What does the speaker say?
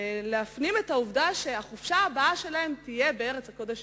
מפנימים את העובדה שהחופשה הבאה שלהם תהיה בארץ הקודש,